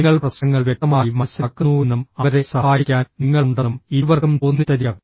നിങ്ങൾ പ്രശ്നങ്ങൾ വ്യക്തമായി മനസ്സിലാക്കുന്നുവെന്നും അവരെ സഹായിക്കാൻ നിങ്ങൾ ഉണ്ടെന്നും ഇരുവർക്കും തോന്നിത്തരിക